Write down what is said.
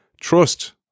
Trust